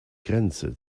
grenze